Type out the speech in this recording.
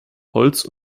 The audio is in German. holz